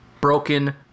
broken